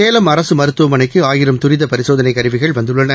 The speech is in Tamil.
சேலம் அரசு மருத்துவமளைக்கு ஆயிரம் தரித பரிசோதனை கருவிகள் வந்துள்ளன